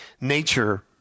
nature